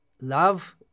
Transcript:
love